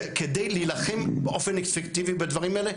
כדי להילחם באופן אפקטיבי בדברים האלה,